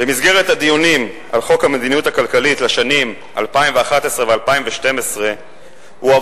במסגרת הדיונים על חוק המדיניות הכלכלית לשנים 2011 ו-2012 הועברו